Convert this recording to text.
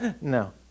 no